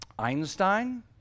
Einstein